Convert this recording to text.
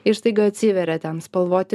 ir staiga atsiveria ten spalvoti